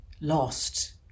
lost